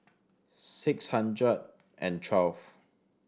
six hundred and twelve